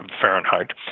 Fahrenheit